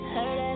Hurt